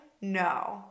No